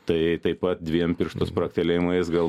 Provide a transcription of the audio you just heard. tai taip pat dviem pirštų spragtelėjimais gal